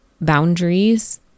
boundaries